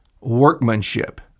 workmanship